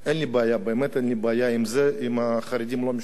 באמת אין לי בעיה עם זה שהחרדים לא משרתים בצבא.